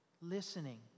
listening